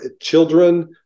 children